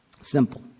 Simple